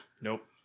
Nope